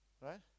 Right